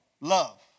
love